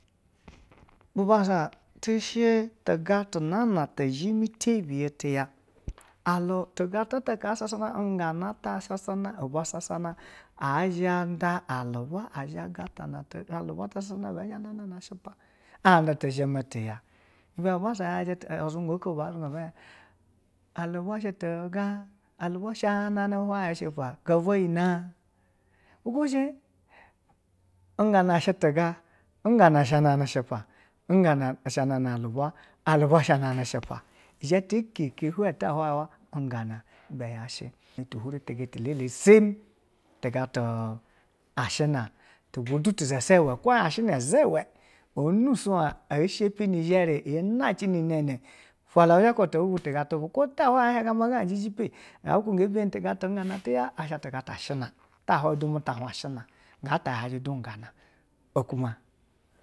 Bubassa ishi tiga ti nana ti zhi me tebiye a lu tigata shisha uganattassa ivwa anda aluba agatama sasa ibe zha na na swa pa ti zheme tiya bubassa yaji azunga iko ihien alubo shi tiga alubo shinana si pa go zo nu ma, bu kuba shi ungana shi tiga ungana shinana hwayi sipa bi kuba shi aluba shinaw hwayi sipa, ike ke ta wayi wa seyi tiga ta lele sina tu zha iwe ono shwo ti zha iwe yeri anace nu nana ta hwayi bani na tiga tu gana sweyi tiga gana, ta hweyi ti mu ta hwan asina ta hwan ungana okuma.